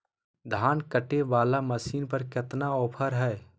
धान कटे बाला मसीन पर कतना ऑफर हाय?